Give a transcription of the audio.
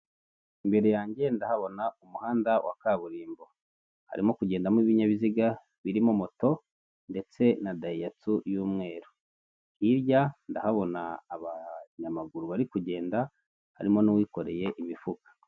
Imbere yanjye ndahabona umuhanda wa kaburimbo. Harimo kugendamo ibinyabiziga birimo moto ndetse na dayihatsu y'umweru. Hirya ndahabona abanyamaguru bari kugenda, harimo n'uwikoreye imifuka.